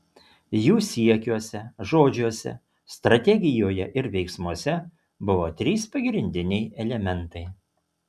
jų siekiuose žodžiuose strategijoje ir veiksmuose buvo trys pagrindiniai elementai